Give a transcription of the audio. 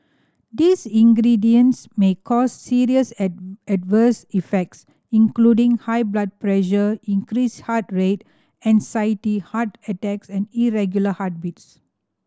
these ingredients may cause serious adverse effects including high blood pressure increased heart rate anxiety heart attacks and irregular heartbeats